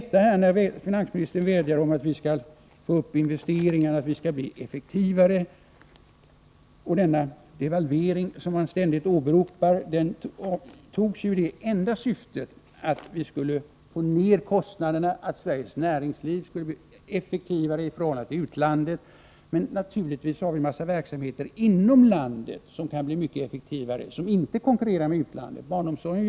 Finansministern vädjar om att vi skall öka investeringarna och att vi skall bli effektivare. Devalveringen, som han ständigt åberopar, genomfördes i det enda syftet att få ner kostnaderna, att Sveriges näringsliv skulle bli effektivare i förhållande till utlandet. Naturligtvis har vi en massa verksamheter inom landet som inte konkurrerar med utlandet och som kan bli mycket effektivare, exempelvis barnomsorgen.